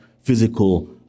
physical